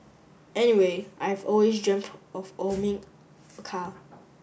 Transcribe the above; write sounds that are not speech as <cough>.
anyway I have always dreamt of <unintelligible> a car